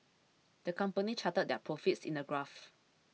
the company charted their profits in a graph